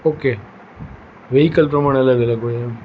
okay vehicle પ્રમાણે અલગ અલગ હોય એમ